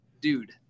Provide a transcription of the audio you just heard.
dude